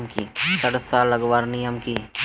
सरिसा लगवार नियम की?